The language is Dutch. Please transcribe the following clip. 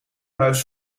huis